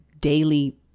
daily